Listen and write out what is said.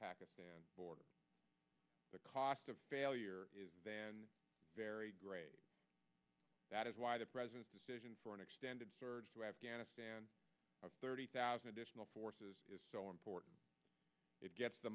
pakistan border the cost of failure is then very great that is why the president's decision for an extended surge to afghanistan thirty thousand additional forces is so important it gets the